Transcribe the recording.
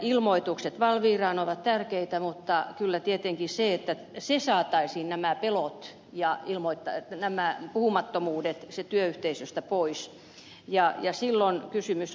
ilmoitukset valviraan ovat tärkeitä mutta kyllä tietenkin se että saataisiin nämä pelot ja puhumattomuudet työyhteisöstä pois